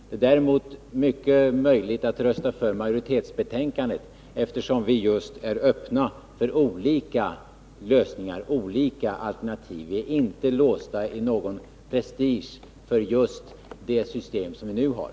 Det är däremot mycket möjligt att rösta för majoritetens hemställan i betänkandet, eftersom vi ju är öppna för olika lösningar, olika alternativ. Vi är inte låsta av någon prestige när det gäller just det system som vi nu har.